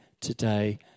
today